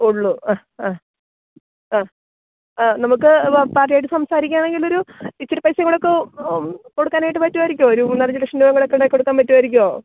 ഉള്ളൂ അ അ അ അ നമുക്ക് പാർട്ടിയുമായിട്ട് സംസാരിക്കുകയാണെങ്കിലൊരു ഇച്ചിരി പൈസയും കൂടെയൊക്കെ കൊടുക്കാനായിട്ട് പറ്റുമായിരിക്കുമോ ഒരു മൂന്നാലഞ്ചു ലക്ഷം രൂപയും കൂടെയൊക്കെയുണ്ടാക്കിക്കൊടുക്കാൻ പറ്റുമായിരിക്കുമോ